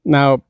Now